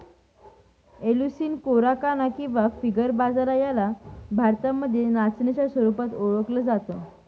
Eleusine coracana किंवा finger बाजरा याला भारतामध्ये नाचणीच्या स्वरूपात ओळखल जात